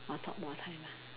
ah talk more so ya